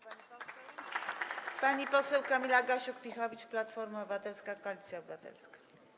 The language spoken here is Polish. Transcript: Pani poseł Kamila Gasiuk-Pihowicz, Platforma Obywatelska - Koalicja Obywatelska.